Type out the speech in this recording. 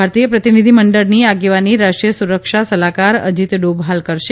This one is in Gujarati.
ભારતીય પ્રતિનિધિમંડળની આગેવાની રાષ્ટ્રીય સુરક્ષા સલાહકાર અજીત ડોભાલ કરશે